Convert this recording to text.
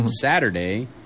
Saturday